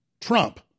Trump